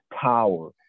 power